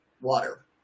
water